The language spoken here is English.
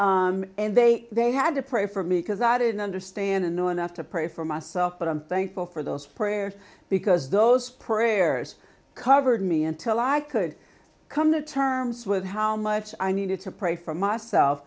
and they they had to pray for me because i didn't understand and know enough to pray for myself but i'm thankful for those prayers because those prayers covered me until i could come to terms with how much i needed to pray for myself